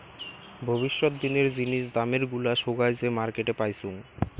ভবিষ্যত দিনের জিনিস দামের গুলা সোগায় যে মার্কেটে পাইচুঙ